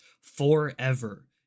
forever